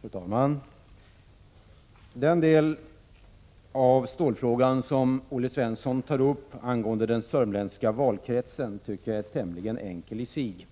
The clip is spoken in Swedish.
Fru talman! Den del av stålfrågan som rör den sörmländska valkretsen och som Olle Svensson tar upp tycker jag är tämligen enkel i sig.